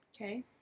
Okay